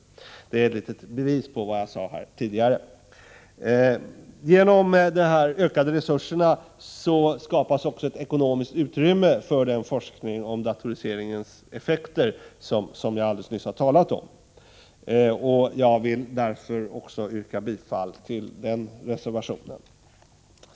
Det utgör ett litet bevis på vad jag sade här tidigare. Genom de här ökade resurserna skapas också ett ekonomiskt utrymme för den forskning om datoriseringens effekter som jag alldeles nyss har talat om. Jag yrkar således bifall även till reservation 3.